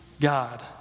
God